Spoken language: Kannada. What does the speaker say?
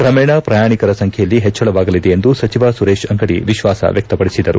ಕ್ರಮೇಣ ಪ್ರಯಾಣಿಕರ ಸಂಖ್ಯೆಯಲ್ಲಿ ಹೆಚ್ಚಳವಾಗಲಿದೆ ಎಂದು ಸಚಿವ ಸುರೇಶ ಅಂಗದಿ ವಿಶ್ವಾಸ ವ್ಯಕ್ತಪಡಿಸಿದರು